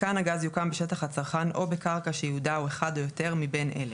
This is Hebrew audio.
מיתקן הגז יוקם בשטח הצרכן או בקרקע שייעודה הוא אחד או יותר מבין אלה: